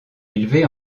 élevée